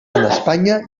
espanya